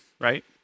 right